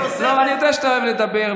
אני יודע שאתה אוהב לדבר,